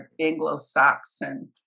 Anglo-Saxon